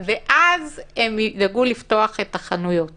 ואז הם ידאגו לפתוח את החנויות